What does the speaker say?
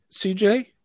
cj